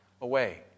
away